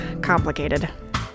complicated